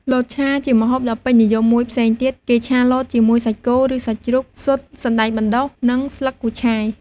លតឆាជាម្ហូបដ៏ពេញនិយមមួយផ្សេងទៀតគេឆាលតជាមួយសាច់គោ ឬសាច់ជ្រូក ស៊ុត សណ្ដែកបណ្ដុះ និងស្លឹកគូឆាយ។